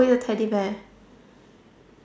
away the teddy bear